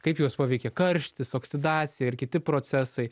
kaip juos paveikia karštis oksidacija ir kiti procesai